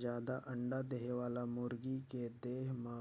जादा अंडा देहे वाला मुरगी के देह म